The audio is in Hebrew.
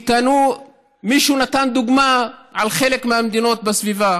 מישהו נתן דוגמה על חלק מהמדינות בסביבה.